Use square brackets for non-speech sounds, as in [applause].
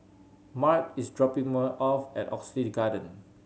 Mart is dropping [unintelligible] off at Oxley Garden